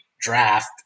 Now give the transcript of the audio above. draft